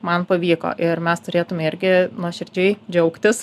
man pavyko ir mes turėtume irgi nuoširdžiai džiaugtis